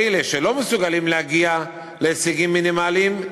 אלה שלא מסוגלים להגיע להישגים מינימליים,